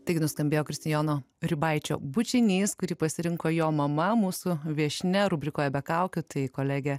taigi nuskambėjo kristijono ribaičio bučinys kurį pasirinko jo mama mūsų viešnia rubrikoje be kaukių tai kolegė